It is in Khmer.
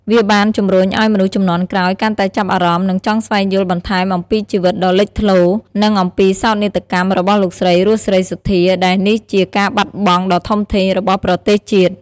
វាបានជំរុញឲ្យមនុស្សជំនាន់ក្រោយកាន់តែចាប់អារម្មណ៍ និងចង់ស្វែងយល់បន្ថែមអំពីជីវិតដ៏លេចធ្លោ និងអំពីសោកនាដកម្មរបស់លោកស្រី រស់ សេរីសុទ្ធា ដែលនេះជាការបាត់បង់ដ៏ធំធេង របស់ប្រទេសជាតិ។